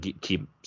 keep